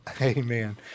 Amen